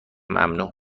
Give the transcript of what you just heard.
ممنوع